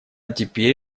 теперь